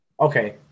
Okay